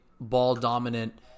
ball-dominant